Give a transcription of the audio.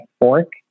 fork